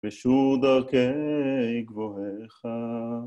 פשוט דרכי גבוהך